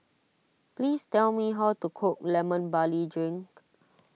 please tell me how to cook Lemon Barley Drink